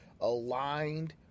aligned